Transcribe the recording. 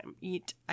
eat